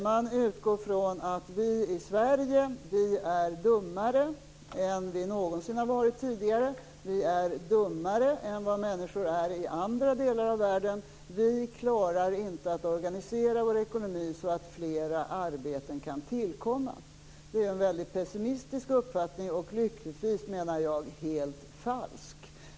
Man utgår från att vi i Sverige är dummare än vi någonsin har varit tidigare och dummare än människor i andra delar av världen. Vi klarar nämligen inte att organisera vår ekonomi så att fler arbeten kan tillkomma. Det är en väldigt pessimistisk uppfattning och lyckligtvis, menar jag, helt falsk.